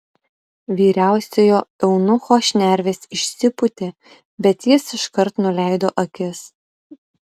vyriausiojo eunucho šnervės išsipūtė bet jis iškart nuleido akis